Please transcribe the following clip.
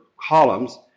columns